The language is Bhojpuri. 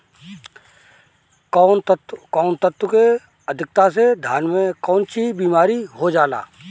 कौन तत्व के अधिकता से धान में कोनची बीमारी हो जाला?